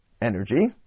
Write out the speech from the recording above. energy